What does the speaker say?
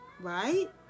right